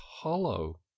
hollow